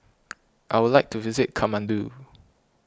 I would like to visit Kathmandu